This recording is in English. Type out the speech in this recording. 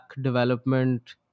development